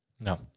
No